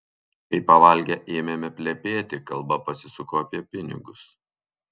kai pavalgę ėmėme plepėti kalba pasisuko apie pinigus